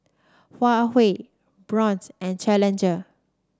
Huawei Braun and Challenger